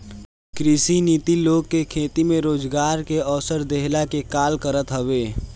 कृषि नीति लोग के खेती में रोजगार के अवसर देहला के काल करत हवे